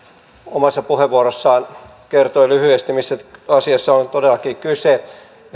omassa puheenvuorossaan kertoi lyhyesti mistä asiassa on todellakin kyse